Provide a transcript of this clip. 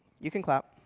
you can clap.